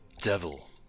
devil